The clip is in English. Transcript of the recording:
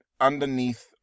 underneath